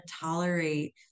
tolerate